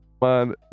Man